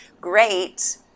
Great